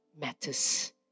matters